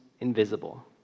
invisible